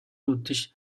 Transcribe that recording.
үдэш